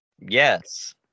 Yes